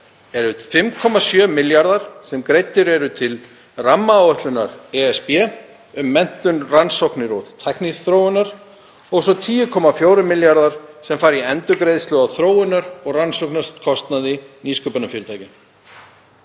eru 5,7 milljarðar sem greiddir eru til rammaáætlunar ESB, um menntun, rannsóknir og tækniþróun, og svo 10,4 milljarðar sem fara í endurgreiðslu á þróunar- og rannsóknarkostnaði nýsköpunarfyrirtækja.